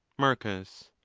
marcus.